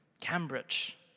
Cambridge